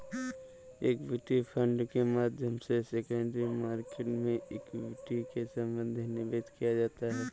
equity fund के माध्यम से सेकेंडरी मार्केट में इक्विटी से संबंधित निवेश किया जाता है